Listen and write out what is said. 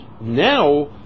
Now